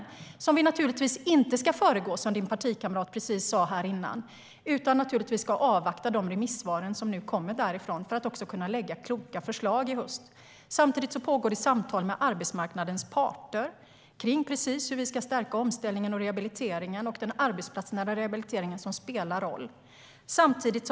Den ska vi naturligtvis inte föregripa, som din partikamrat sa här tidigare, Johan Forssell. Vi ska avvakta de remissvar som kommer därifrån för att kunna lägga fram kloka förslag i höst. Samtidigt pågår samtal med arbetsmarknadens parter om hur vi ska stärka omställningen och rehabiliteringen, även den arbetsplatsnära rehabiliteringen, som spelar roll.